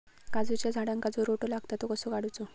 काजूच्या झाडांका जो रोटो लागता तो कसो काडुचो?